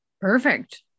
Perfect